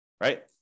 right